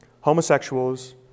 homosexuals